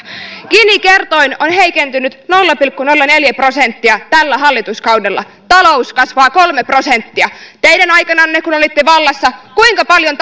gini kerroin on heikentynyt nolla pilkku nolla neljä prosenttia tällä hallituskaudella talous kasvaa kolme prosenttia teidän aikananne kun olitte vallassa kuinka paljon